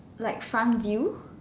like front view